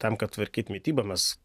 tam kad tvarkyt mitybą mes